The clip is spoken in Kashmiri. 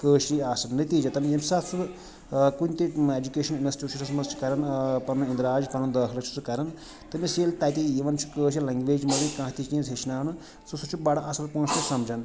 کٲشِرے آسان نٔتیٖجَتَن ییٚمہِ ساتہٕ سُہ کُنہِ تہِ ایجوٗکیشَن اِنَسٹیٛوٗشنَس منٛز چھُ کَران پَنُن اِنٛدراج پَنُن دٲخلہٕ چھُ سُہ کَران تٔمِس ییٚلہِ تَتہِ یِوان چھِ کٲشِر لینٛگویج مٔنٛزے کانٛہہ تہِ چیٖنٛز ہیٚچھناونہٕ سُہ سُہ چھُ بَڈٕ اَصٕل سُہ سَمجھان